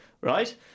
right